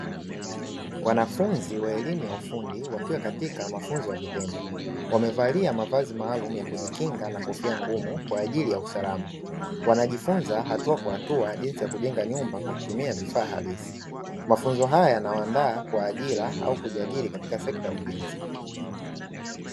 Wanafunzi wa elimu ya ufundi, wakiwa katika mafunzo ya vitendo. Wamevalia mavazi maalumu ya kujikinga na kofia ngumu kwa ajili ya usalama. Wanajifunza hatua kwa hatua jinsi ya kujenga nyumba kwa kutumia vifaa halisi. Mafunzo haya yanawaandaa kwa ajira au kujiajiri katika sekta ya ujenzi.